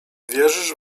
wierzysz